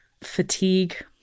fatigue